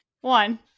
one